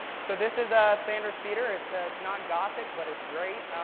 so this is sanders theater. it's ah it's not gothic, but it's great.